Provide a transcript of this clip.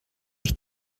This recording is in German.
ich